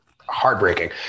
heartbreaking